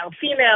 female